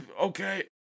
Okay